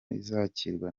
izakirwa